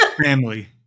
Family